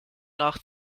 nach